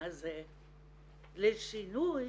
הזו לשינוי